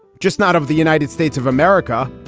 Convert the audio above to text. just not of the united states of america.